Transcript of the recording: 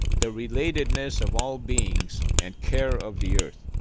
the relatedness of all beings, and care of the earth.